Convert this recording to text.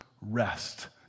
rest